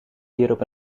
hierop